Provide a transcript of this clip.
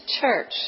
church